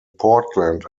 portland